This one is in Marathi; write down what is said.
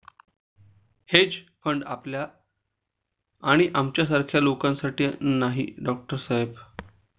हेज फंड आपल्या आणि आमच्यासारख्या लोकांसाठी नाही, डॉक्टर साहेब